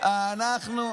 אבל הם איתכם בממשלה.